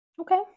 okay